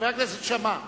חבר הכנסת שאמה,